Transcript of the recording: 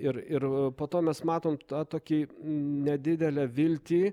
ir ir po to mes matom tą tokį nedidelę viltį